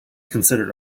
considered